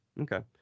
Okay